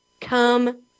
come